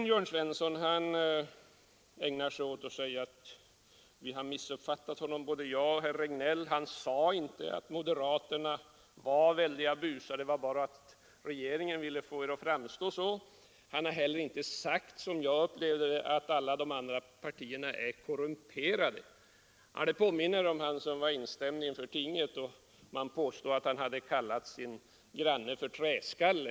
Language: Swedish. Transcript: Jörn Svensson ägnar sig åt att säga att både jag och herr Regnéll har missuppfattat honom. Han sade inte att moderaterna var väldiga busar utan bara att regeringen vill få dem att framstå så. Han har heller inte sagt — som jag uppfattade det — att alla de andra partierna är korrumperade. Ja, det påminner om honom som var instämd inför tinget och var åtalad för att han kallat sin granne för träskalle.